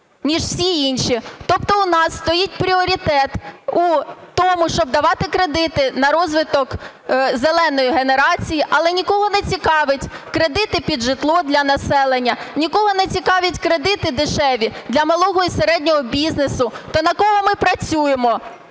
ніж всі інші. Тобто у нас стоїть пріоритет у тому, щоб давати кредити на розвиток "зеленої" генерації, але нікого не цікавлять кредити під житло для населення, нікого не цікавлять кредити дешеві для малого і середнього бізнесу. То на кого ми працюємо!